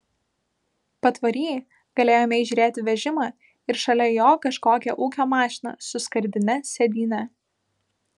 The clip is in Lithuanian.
patvory galėjome įžiūrėti vežimą ir šalia jo kažkokią ūkio mašiną su skardine sėdyne